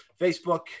Facebook